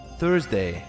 Thursday